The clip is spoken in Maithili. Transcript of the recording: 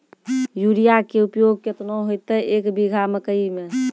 यूरिया के उपयोग केतना होइतै, एक बीघा मकई मे?